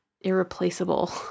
irreplaceable